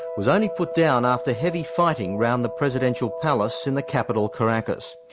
was only put down after heavy fighting around the presidential palace in the capital, caracas.